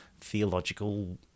theological